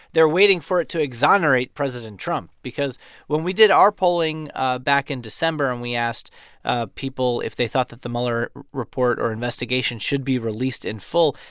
they're waiting for it to exonerate president trump because when we did our polling ah back in december and we asked ah people if they thought that the mueller report or investigation should be released in full,